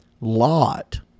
Lot